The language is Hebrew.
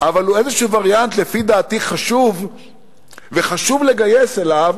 אלא איזה וריאנט, שלדעתי חשוב לגייס אליו